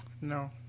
No